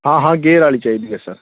ਹਾਂ ਹਾਂ ਗੇਅਰ ਵਾਲੀ ਚਾਹੀਦੀ ਹੈ ਸਰ